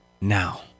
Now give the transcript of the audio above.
Now